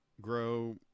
grow